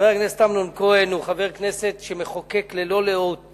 חבר הכנסת אמנון כהן הוא חבר כנסת שמחוקק ללא לאות